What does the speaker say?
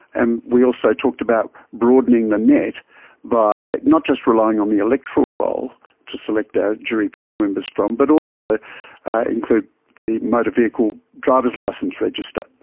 and we also talked about broadening the net by not just relying on the electoral roll to select our jury panel members from, but also include the motor vehicle drivers licence register,